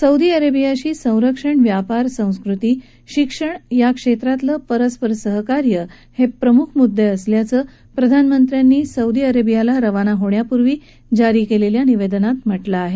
Saudi अरेबियाशी संरक्षण व्यापार संस्कृती शिक्षण याक्षेत्रातील परस्पर सहकार्य हे प्रमुख मुद्दे असल्याचं प्रधानमंत्री नरेंद्र मोदी यांनी सौदी अरेबियाला रवाना होण्यापूर्वी जारी केलेल्या निवेदनात म्हटलं आहे